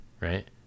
right